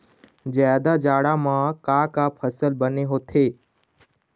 जादा जाड़ा म का का फसल बने होथे?